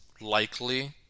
likely